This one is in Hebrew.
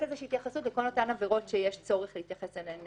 התייחסות לכל אותן עבירות שיש צורך להתייחס אליהן